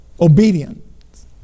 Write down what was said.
Obedience